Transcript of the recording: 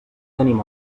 tenim